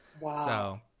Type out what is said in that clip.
Wow